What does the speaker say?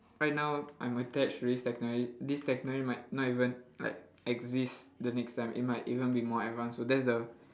right now I'm attached to this technolo~ this technology might not even like exist the next time it might even be more advanced so that's the